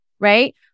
right